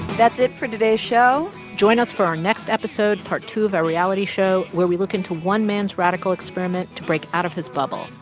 that's it for today's show. join us for our next episode, part two of our reality show where we look into one man's radical experiment to break out of his bubble.